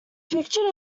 pictured